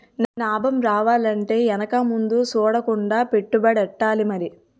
నాబం రావాలంటే ఎనక ముందు సూడకుండా పెట్టుబడెట్టాలి మరి